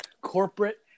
corporate